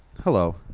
hello.